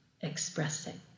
expressing